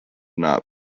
not